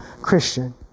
Christian